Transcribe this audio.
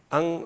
Ang